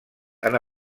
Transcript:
han